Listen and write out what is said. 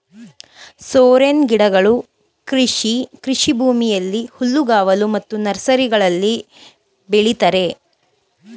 ಸೋರೆನ್ ಗಿಡಗಳು ಕೃಷಿ ಕೃಷಿಭೂಮಿಯಲ್ಲಿ, ಹುಲ್ಲುಗಾವಲು ಮತ್ತು ನರ್ಸರಿಗಳಲ್ಲಿ ಬೆಳಿತರೆ